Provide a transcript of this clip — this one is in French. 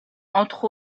entre